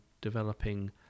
developing